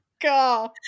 God